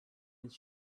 his